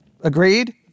Agreed